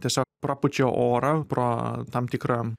tiesiog prapučia orą pro tam tikrą